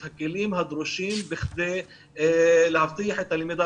את הכלים הדרושים בכדי להבטיח את הלמידה